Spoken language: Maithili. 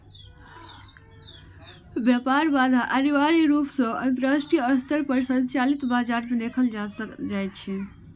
व्यापार बाधा अनिवार्य रूप सं अंतरराष्ट्रीय स्तर पर संचालित बाजार मे देखल जाइ छै